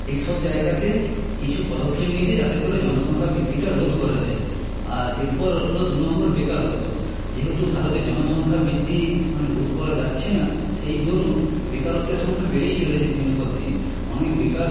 এইসব জায়গাতে কিছু পদক্ষেপ নিয়েছে যাতে করে জনসংখ্যা বৃদ্ধিটা রোধ করা যায় আর এরপর হলো দুনম্বর বেকারত্ব যেহেতু ভারতে জনসংখ্যা বৃদ্ধি মানে রোধ করা যাচ্ছে না সেই দরুন বেকারত্বের সংখ্যা বেড়েই চলেছে দিনের পর দিন অনেক বেকার